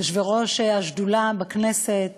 יושבי-ראש השדולה בכנסת